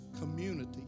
community